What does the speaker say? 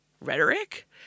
rhetoric